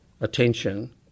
attention